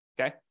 Okay